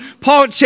Paul